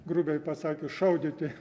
grubiai pasakius šaudyti